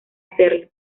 hacerlo